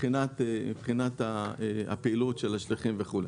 מבחינת הפעילות של השליחים וכולי.